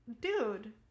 dude